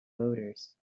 voters